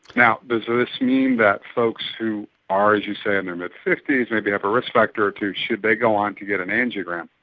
now, does this mean that folks who are, as you say, in their mid fifty s, maybe have a risk factor or two, should they go on to get an angiogram?